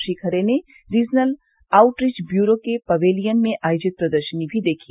श्री खरे ने regional outreach bureau के pavilion में आयोजित प्रदर्शनी भी देखी